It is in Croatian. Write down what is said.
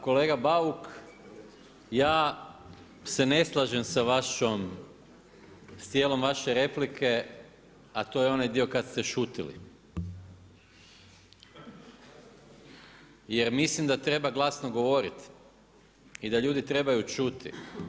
Kolega Bauk, ja se ne slažem sa vašom s dijelom vaše replike, a to je onaj dio kada ste šutili jer mislim da treba glasno govoriti i da ljudi trebaju čuti.